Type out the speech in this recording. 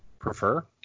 Prefer